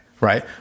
Right